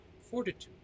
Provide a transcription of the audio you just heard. fortitude